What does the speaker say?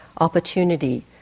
opportunity